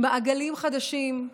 במעגלים חדשים,